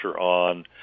on